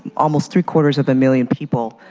almost three quarters of a million people